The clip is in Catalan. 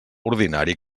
ordinari